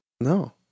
no